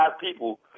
people